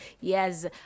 yes